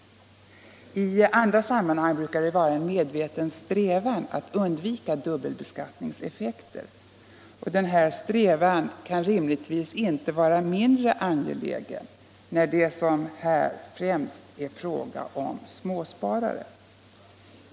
I andra sammanhang brukar det vara en medveten strävan att undvika dubbelbeskattningseffekter. Denna strävan borde rimligtvis inte vara mindre angelägen när det som här främst är fråga om småsparare.